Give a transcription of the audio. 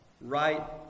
Right